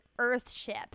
Earthship